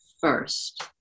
first